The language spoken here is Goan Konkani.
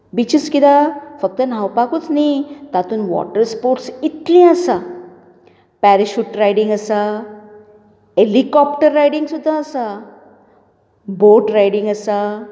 बिचीज कित्याक फकत न्हावपाकूच न्ही तातूंत वॉटर स्पोर्ट्स इतली आसा पॅरीशूट रायडींग आसा हॅलीकॉप्टर रायडींग सुद्दां आसा बोट रायडींग आसा